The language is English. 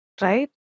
right